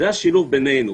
זה השילוב בינינו.